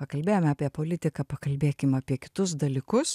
pakalbėjome apie politiką pakalbėkim apie kitus dalykus